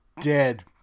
Dead